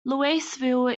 louisville